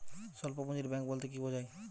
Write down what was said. স্বল্প পুঁজির ব্যাঙ্ক বলতে কি বোঝায়?